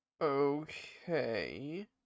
Okay